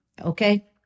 Okay